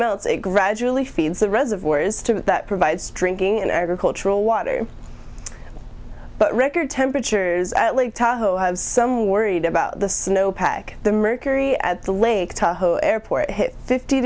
it gradually feeds the rez of words to that provides drinking and agricultural water but record temperatures at lake tahoe have some worried about the snow pack the mercury at the lake tahoe airport hit fifty